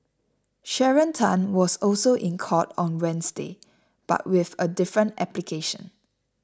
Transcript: Sharon Tan was also in court on Wednesday but with a different application